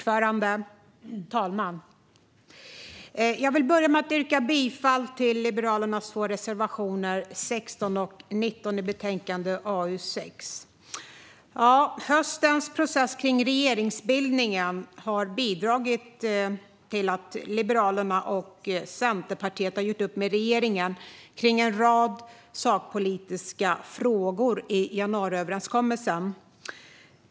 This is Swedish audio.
Fru talman! Jag vill börja med att yrka bifall till Liberalernas reservationer 16 och 19 i betänkande AU6. Höstens process kring regeringsbildningen har bidragit till att Liberalerna och Centerpartiet har gjort upp med regeringen om en rad sakpolitiska frågor i januariöverenskommelsen.